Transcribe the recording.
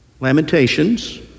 lamentations